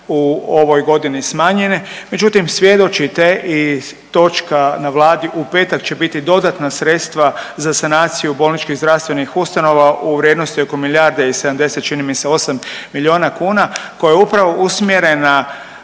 u ovoj godini smanjene. Međutim, svjedočite i točka na Vladi će biti dodatna sredstva za sanaciju bolničkih i zdravstvenih ustanova u vrijednosti oko milijarde i 70 čini mi se 8 milijuna kuna koja je upravo usmjerena